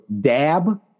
Dab